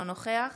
אינו נוכח